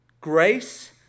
grace